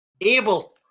Abel